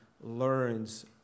learns